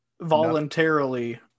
Voluntarily